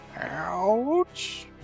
Ouch